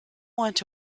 went